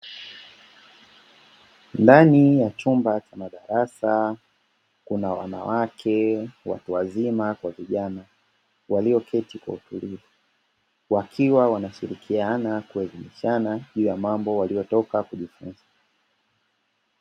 Ndani ya chumba cha madarasa, kuna wanawake, watu wazima kwa vijana, walioketi kwa utulivu, wakiwa wanashirikiana kuelimishana juu ya mambo waliotoka kujifunza.